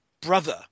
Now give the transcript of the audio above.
brother